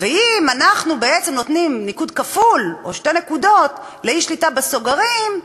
ואם אנחנו בעצם נותנים ניקוד כפול או שתי נקודות לאי-שליטה בסוגרים,